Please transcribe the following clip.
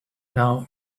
now